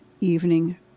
Evening